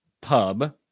pub